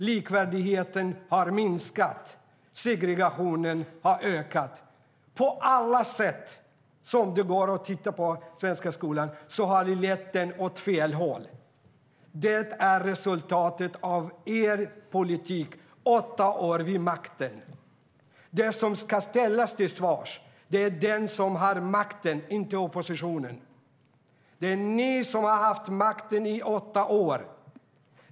Likvärdigheten har minskat. Segregationen har ökat. Den svenska skolan har gått åt fel håll. Det är resultatet av er politik under åtta år vid makten. De som ska ställas till svars är de som har makten, inte oppositionen. Det är ni som har haft makten i snart åtta år.